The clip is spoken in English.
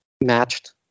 matched